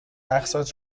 اقساط